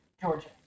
Georgia